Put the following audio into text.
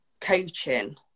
coaching